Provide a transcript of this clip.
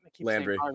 Landry